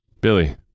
Billy